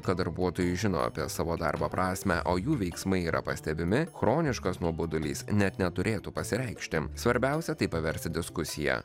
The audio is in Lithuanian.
kad darbuotojai žino apie savo darbo prasmę o jų veiksmai yra pastebimi chroniškas nuobodulys net neturėtų pasireikšti svarbiausia tai paversti diskusija